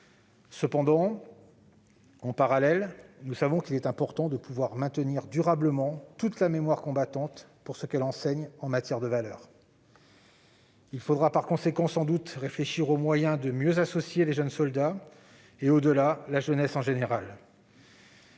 Cependant, et en parallèle, nous savons qu'il est important de maintenir durablement toute la mémoire combattante pour ce qu'elle enseigne en termes de valeurs. Il faudra, par conséquent, sans doute réfléchir aux moyens de mieux associer les jeunes soldats, et au-delà la jeunesse en général,